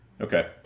Okay